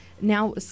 Now